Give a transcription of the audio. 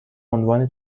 عنوان